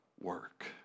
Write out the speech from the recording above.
work